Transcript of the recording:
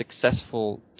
successful